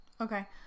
Okay